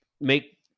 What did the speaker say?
Make